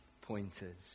pointers